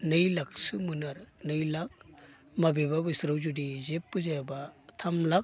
नै लाखसो मोनो आरो नै लाख माबेबा बोसोराव जुदि जेबो जायाबा थाम लाख